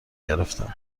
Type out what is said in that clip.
گرفتند